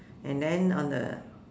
and then on the